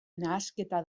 nahasketa